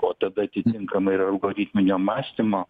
o tada atitinkamai ir algoritminio mąstymo